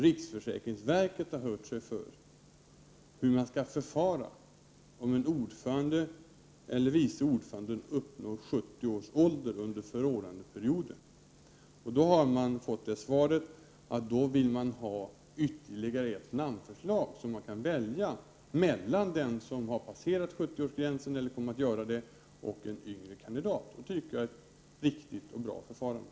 Riksförsäkringsverket har hört sig för om hur man skall förfara om en ordförande eller vice ordförande uppnår 70 års ålder under förordnandeperioden. Verket fick då svaret att man i så fall vill ha ytterligare ett namnförslag, så att man kan välja mellan den som har passerat 70-årsgränsen eller kommer att göra det och en yngre kandidat. Det — Prot. 1988/89:122 tycker jag är ett riktigt och bra förfarande.